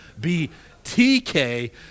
BTK